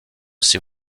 ses